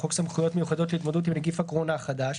חוק סמכויות מיוחדות להתמודדות עם נגיף הקורונה החדש,